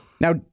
Now